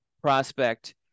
prospect